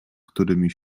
którymi